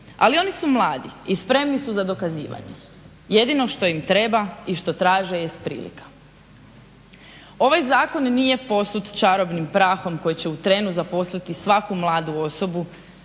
Ali oni su mladi i spremni su za dokazivanje. Jedino što im treba i što traže jest prilika. Ovaj Zakon nije posut čarobnim prahom koji će u trenu zaposliti svaku mladu osobu